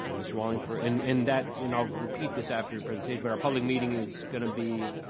um mr. wallingford, and and that, and i'll repeat this after your presentation, but our public meeting is gonna be